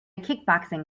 kickboxing